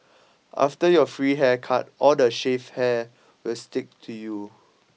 after your free haircut all the shaved hair will stick to you